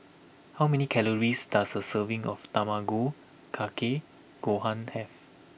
how many calories does a serving of Tamago Kake Gohan have